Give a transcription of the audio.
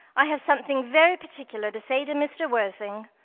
i have something very particular to say to mr. worthing.